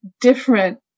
different